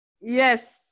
yes